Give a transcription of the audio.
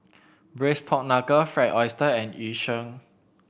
Braised Pork Knuckle Fried Oyster and Yu Sheng